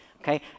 okay